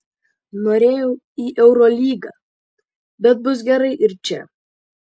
norėjau į eurolygą bet bus gerai ir čia